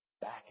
back